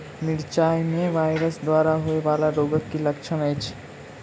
मिरचाई मे वायरस द्वारा होइ वला रोगक की लक्षण अछि?